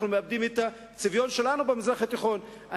אנחנו מאבדים את הצביון שלנו במזרח התיכון,